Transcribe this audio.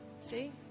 See